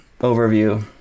overview